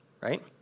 right